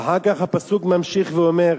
ואחר כך הפסוק ממשיך ואומר: